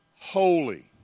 holy